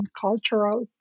cultural